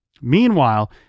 Meanwhile